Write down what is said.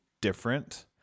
different